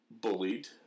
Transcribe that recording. bullied